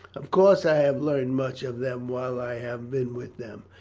of course i have learned much of them while i have been with them.